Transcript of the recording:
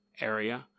area